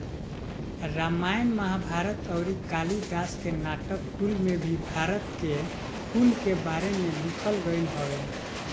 रामायण महाभारत अउरी कालिदास के नाटक कुल में भी भारत के फूल के बारे में लिखल गईल हवे